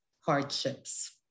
hardships